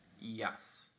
Yes